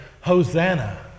Hosanna